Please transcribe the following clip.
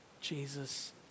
Jesus